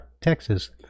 Texas